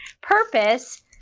purpose